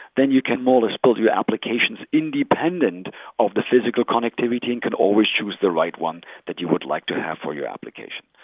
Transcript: then you can more or less build your applications independent of the physical connectivity and could always choose the right one that you would like to have for your application.